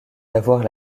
d’avoir